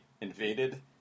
invaded